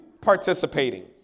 participating